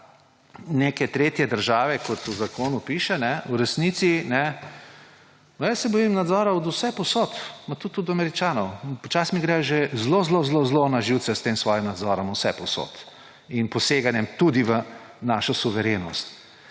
neke tretje države, kot v zakonu piše, v resnici. Jaz se bojim nadzora od vsepovsod, tudi od Američanov. Počasi mi gredo že zelo zelo zelo na živce s tem svojim nadzorom vsepovsod in poseganjem tudi v našo suverenost.